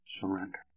surrender